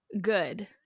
good